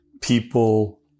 People